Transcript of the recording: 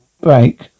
break